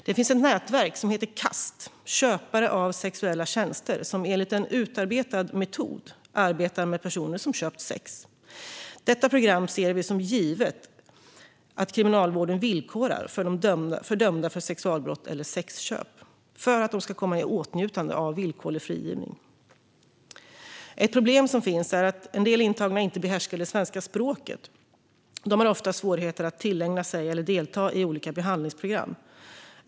Det finns ett nätverk som heter Kast, Köpare av sexuella tjänster, som enligt en utarbetad metod arbetar med personer som köpt sex. Detta program ser vi som givet att Kriminalvården villkorar för personer som är dömda för sexualbrott eller sexköp för att de ska komma i åtnjutande av villkorlig frigivning. Ett problem är att en del intagna inte behärskar svenska språket. De har ofta svårigheter att tillägna sig eller delta i olika behandlingsprogram.